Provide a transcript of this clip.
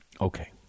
Okay